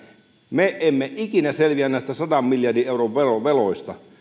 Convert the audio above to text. me emme ikinä selviä näistä sadan miljardin euron veloista